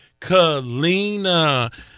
Kalina